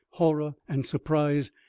horror, and surprise,